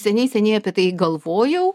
seniai seniai apie tai galvojau